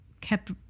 kept